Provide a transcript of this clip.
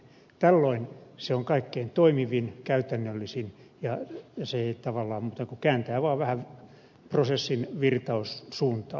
tällöin se on kaikkein toimivin ja käytännöllisin ja se ei tavallaan muuta kuin kääntää vähän prosessin virtaussuuntaa